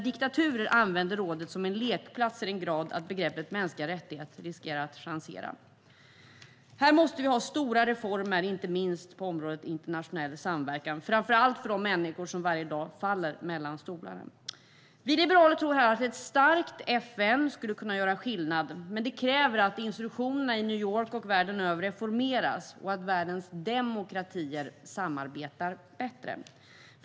Diktaturer använder rådet som en lekplats till den grad att begreppet mänskliga rättigheter riskerar att sjangsera. Här måste det till stora reformer, inte minst på området Internationell samverkan, framför allt för de människor som varje dag faller mellan stolarna. Vi liberaler tror att ett starkt FN skulle kunna göra skillnad. Men det kräver att institutionerna i New York och världen över reformeras och att världens demokratier samarbetar bättre.